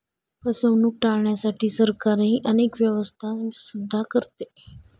फसवणूक टाळण्यासाठी सरकारही अनेक व्यवस्था सुद्धा करते